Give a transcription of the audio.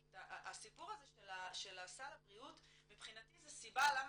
כי את הסיפור הזה של סל הבריאות מבחינתי זה סיבה למה,